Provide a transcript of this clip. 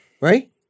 right